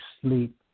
sleep